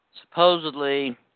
supposedly